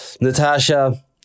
Natasha